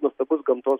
nuostabus gamtos